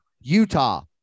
Utah